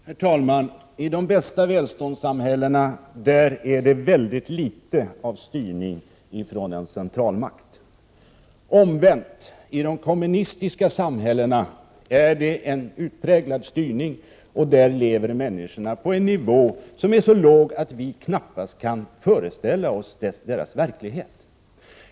Herr talman! I de bästa välståndssamhällena finns det mycket litet av styrning från en centralmakt. Omvänt är det i de kommunistiska samhällena en utpräglad styrning, och där lever människorna på en nivå som är så låg att vi knappast kan föreställa oss dessa människors verklighet.